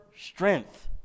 strength